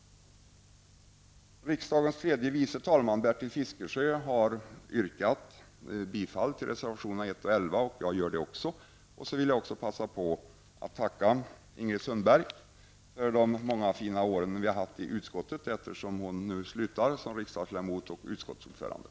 Riksdagens tredje vice talman Bertil 11. Det gör jag också. Eftersom Ingrid Sundberg nu slutar som riksdagsledamot och utskottsordförande, vill jag passa på att tacka henne för många fina år i utskottet.